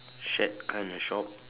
shared kind of shop